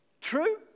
true